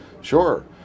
Sure